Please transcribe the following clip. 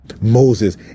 Moses